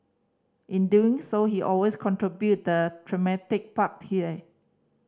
in doing so he always contributed the thematic park tear